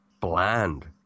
bland